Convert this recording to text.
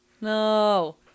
No